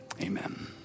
Amen